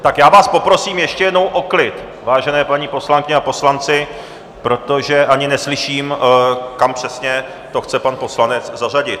Tak já vás poprosím ještě jednou o klid, vážené paní poslankyně a poslanci, protože ani neslyším, kam přesně to chce pan poslanec zařadit.